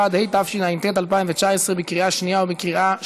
31), התשע"ט 2018, לקריאה שנייה ולקריאה שלישית.